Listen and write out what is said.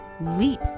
leap